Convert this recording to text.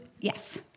Yes